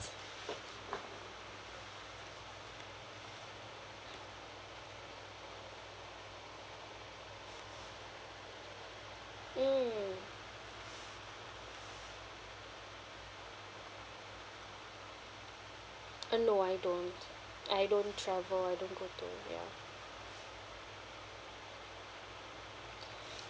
mm uh no I don't I don't travel I don't go to ya